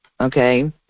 okay